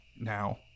now